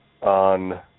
On